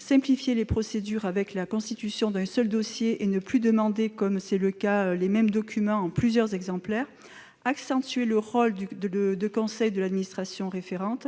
simplifier les procédures avec la constitution d'un seul dossier et ne plus demander, comme c'est le cas, les mêmes documents en plusieurs exemplaires ; accentuer le rôle de conseil de l'administration référente ;